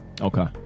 okay